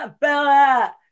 Bella